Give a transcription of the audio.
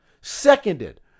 Seconded